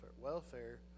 welfare